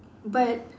but